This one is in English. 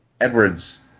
Edwards